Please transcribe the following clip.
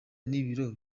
n’ibiro